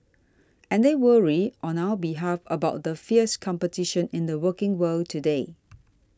and they worry on our behalf about the fierce competition in the working world today